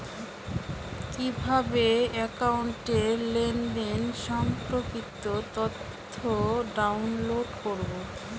কিভাবে একাউন্টের লেনদেন সম্পর্কিত তথ্য ডাউনলোড করবো?